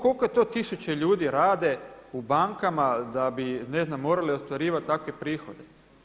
Koliko to tisuće ljudi rade u bankama da bi ne znam morali ostvarivati takve prihode.